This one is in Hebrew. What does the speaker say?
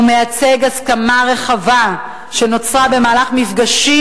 הוא מייצג הסכמה רחבה שנוצרה במהלך מפגשים